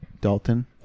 Dalton